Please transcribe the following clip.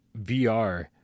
VR